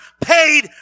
paid